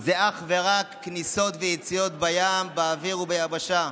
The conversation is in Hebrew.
זה אך ורק כניסות ויציאות בים, באוויר וביבשה,